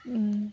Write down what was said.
ᱩᱱ